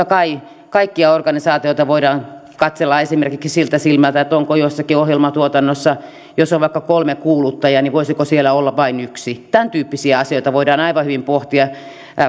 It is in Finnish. kai kaikkia organisaatioita voidaan katsella esimerkiksi sillä silmällä voisiko jossakin ohjelmatuotannossa jos on vaikka kolme kuuluttajaa olla vain yksi tämäntyyppisiä asioita voidaan aivan hyvin pohtia